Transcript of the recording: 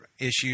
issues